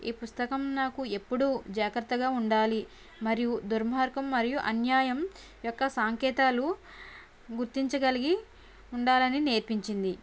ఈ పుస్తకం నాకు ఎప్పుడూ జాగ్రత్తగా ఉండాలి మరియు దుర్మార్గం మరియు అన్యాయం యొక్క సంకేతాలు గుర్తించగలిగి ఉండాలని నేర్పించింది